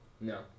No